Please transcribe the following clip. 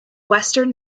western